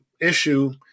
issue